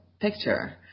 picture